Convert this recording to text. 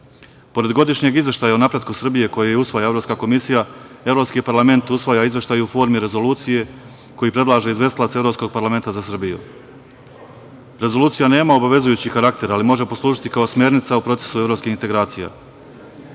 EU.Pored godišnjeg izveštaja o napretku Srbije, koji usvaja Evropska komisija, Evropski parlament usvaja izveštaj u formi rezolucije, koji predlaže izvestilac Evropskom parlamenta, za Srbiju. Rezolucija nema obavezujući karakter, ali može poslužiti, kao smernica u procesu evropskih integracija. Rezolucija